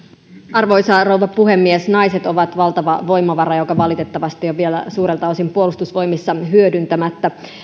arvoisa rouva puhemies naiset ovat valtava voimavara joka valitettavasti on vielä suurelta osin puolustusvoimissamme hyödyntämättä